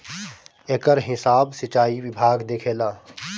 एकर हिसाब सिंचाई विभाग देखेला